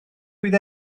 fydd